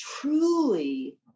truly